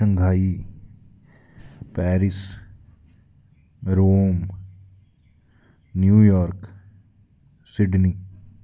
Shanghai Paris Rome New York Sydney